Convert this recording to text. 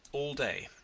all day,